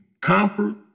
comfort